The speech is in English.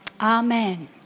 Amen